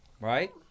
Right